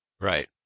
Right